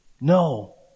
No